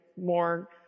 more